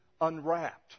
unwrapped